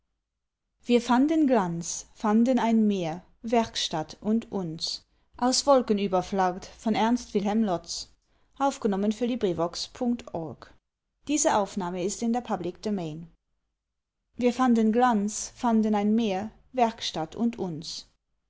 wir fanden glanz fanden ein meer werkstatt und uns wir fanden glanz fanden ein meer werkstatt und uns